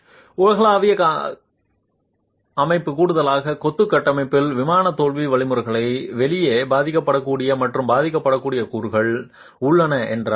உலகளாவிய காசோலை கூடுதலாக கொத்து கட்டமைப்பில் விமானம் தோல்வி வழிமுறைகள் வெளியே பாதிக்கப்படக்கூடிய மற்றும் பாதிக்கப்படக்கூடிய கூறுகள் உள்ளன என்றால் பார்க்க